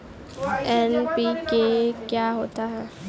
NPK क्या होता है?